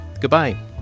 goodbye